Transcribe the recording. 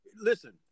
Listen